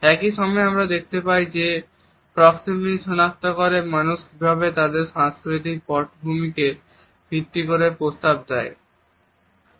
একই সময়ে আমরা দেখতে পাই যে মানুষ কীভাবে তাদের সাংস্কৃতিক পটভূমিকে ভিত্তি করে প্রস্তাব দেয় তা প্রক্সেমিকস শনাক্ত করে